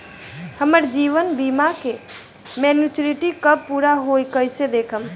हमार जीवन बीमा के मेचीयोरिटी कब पूरा होई कईसे देखम्?